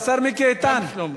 השר מיקי איתן.